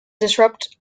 disrupt